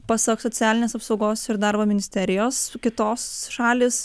pasak socialinės apsaugos ir darbo ministerijos su kitos šalys